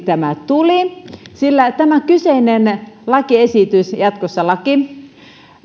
tämä tuli sillä tämä kyseinen lakiesitys jatkossa laki